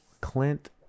Clint